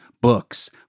books